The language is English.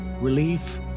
relief